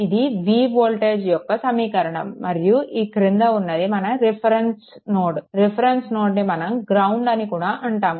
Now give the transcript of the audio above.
ఇది v voltage యొక్క సమీకరణం మరియు ఈ క్రింద ఉన్నది మన రిఫరెన్స్ నోడ్ రిఫరెన్స్ నోడ్ని మనం గ్రౌండ్ అని కూడా అంటాము